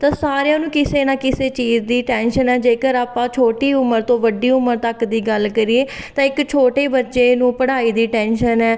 ਤਾਂ ਸਾਰਿਆਂ ਨੂੰ ਕਿਸੇ ਨਾ ਕਿਸੇ ਚੀਜ਼ ਦੀ ਟੈਂਸ਼ਨ ਹੈ ਜੇਕਰ ਆਪਾਂ ਛੋਟੀ ਉਮਰ ਤੋਂ ਵੱਡੀ ਉਮਰ ਤੱਕ ਦੀ ਗੱਲ ਕਰੀਏ ਤਾਂ ਇੱਕ ਛੋਟੇ ਬੱਚੇ ਨੂੰ ਪੜ੍ਹਾਈ ਦੀ ਟੈਂਸ਼ਨ ਹੈ